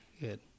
good